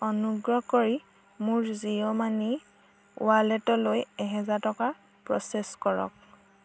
অনুগ্ৰহ কৰি মোৰ জিঅ' মানি ৱালেটলৈ এহেজাৰ টকা প্ৰ'চেছ কৰক